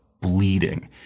bleeding